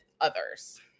others